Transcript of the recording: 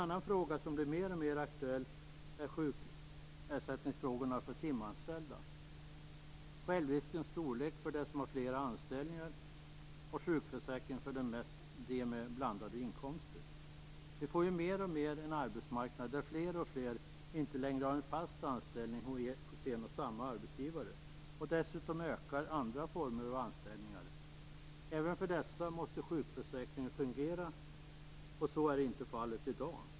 Andra frågor som blir mer och mer aktuella är sjukersättningen för timanställda, självriskens storlek för dem som har flera anställningar och sjukförsäkringen för dem med blandade inkomster. Vi får i allt högre grad en arbetsmarknad där fler och fler inte längre har en fast anställning hos en och samma arbetsgivare. Dessutom ökar andra former av anställningar. Även för dessa människor måste sjukförsäkringen fungera. Så är inte fallet i dag.